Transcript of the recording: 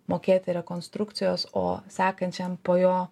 mokėti rekonstrukcijos o sekančiam po jo